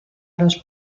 los